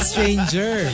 Stranger